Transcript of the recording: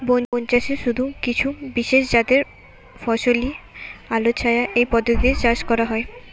বনচাষে শুধু কিছু বিশেষজাতের ফসলই আলোছায়া এই পদ্ধতিতে চাষ করা হয়